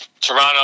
Toronto